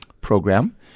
program